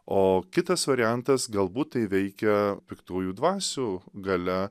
o kitas variantas galbūt tai veikia piktųjų dvasių galia